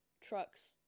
trucks